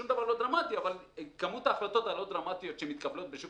שום דבר לא דרמטי אבל כמות ההחלטות הלא דרמטיות שמתקבלות בשוק